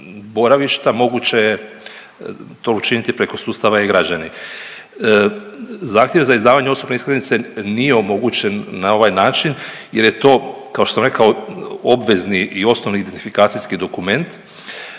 boravišta, moguće je to učiniti preko sustava e-Građani. Zahtjev za izdavanje osobne iskaznice nije omogućen na ovaj način jer je to kao što sam rekao obvezni i osnovni identifikacijski dokument